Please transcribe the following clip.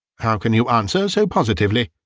how can you answer so positively?